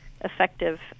effective